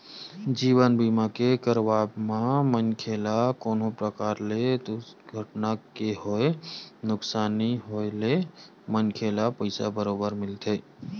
जीवन बीमा के करवाब म मनखे ल कोनो परकार ले दुरघटना के होय नुकसानी होए हे मनखे ल पइसा बरोबर मिलथे